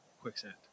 Quicksand